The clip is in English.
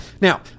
now